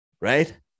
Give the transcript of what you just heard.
Right